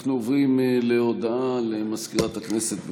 אנחנו עוברים להודעה למזכירת הכנסת.